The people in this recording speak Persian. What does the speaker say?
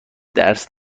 درس